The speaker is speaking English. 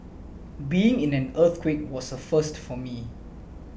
being in an earthquake was a first for me